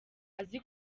azi